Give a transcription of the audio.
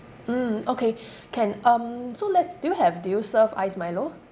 mm okay can um so let's do you have do you serve iced milo